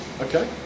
okay